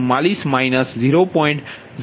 02435 આશરે 1